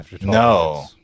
No